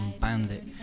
Bandit